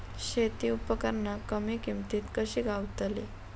शेती उपकरणा कमी किमतीत कशी गावतली?